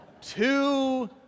two